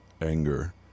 anger